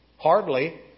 Hardly